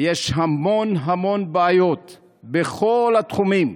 ויש המון המון בעיות בכל התחומים,